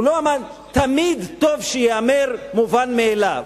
הוא לא אמר: תמיד טוב שייאמר המובן מאליו.